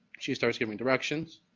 she starts giving directions,